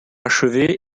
achevée